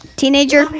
teenager